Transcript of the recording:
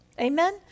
Amen